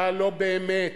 אתה לא באמת